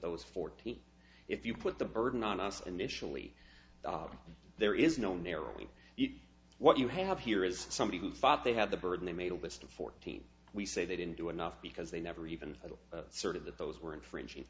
those fourteen if you put the burden on us initially there is no narrowing it what you have here is somebody who thought they had the burden they made a list of fourteen we say they didn't do enough because they never even had a sort of that those were infringing